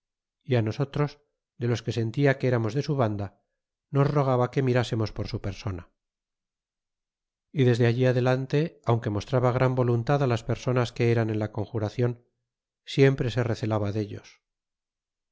á nosotros de los que sentia que eramos de su banda nos rogaba que mirásemos por su persona y desde allí adelante aunque mostraba gran voluntad á las personas que eran en la conjuracion siempre se rezelaba dellos